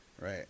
right